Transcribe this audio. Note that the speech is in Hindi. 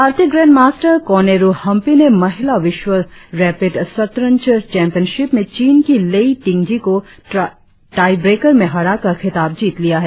भारतीय ग्रैंडमास्टर कोनेरु हम्पी ने महिला विश्व रैपिड शतरंज चैंपियनशिप में चीन की लेई टिंगजी को दाईब्रेकर में हराकर खिताब जीत लिया है